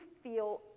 feel